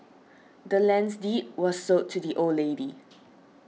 the land's deed was sold to the old lady